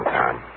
time